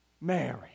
Mary